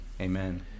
amen